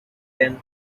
them